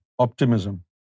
Optimism